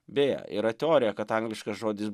beje yra teorija kad angliškas žodis